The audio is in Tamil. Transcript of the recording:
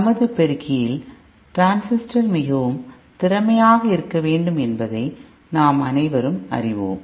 நமது பெருக்கியில் டிரான்சிஸ்டர் மிகவும் திறமையாக இருக்க வேண்டும் என்பதை நாம் அனைவரும் அறிவோம்